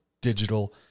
digital